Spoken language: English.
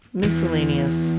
miscellaneous